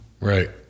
Right